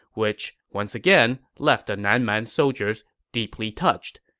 which, once again, left the nan man soldiers deeply touched.